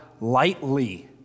lightly